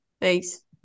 Thanks